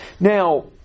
Now